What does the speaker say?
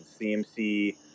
CMC –